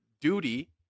duty